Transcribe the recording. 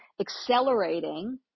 accelerating